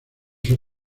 sus